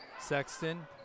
Sexton